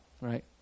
Right